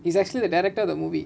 is actually the director of the movie